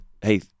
hey